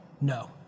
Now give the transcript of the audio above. No